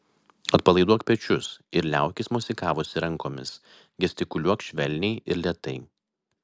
atpalaiduok pečius ir liaukis mosikavusi rankomis gestikuliuok švelniai ir lėtai